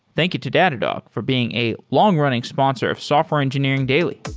thank you to datadog for being a long-running sponsor of software engineering daily.